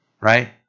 right